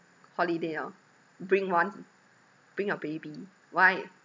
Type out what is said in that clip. holiday orh bring one bring your baby why